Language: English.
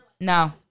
No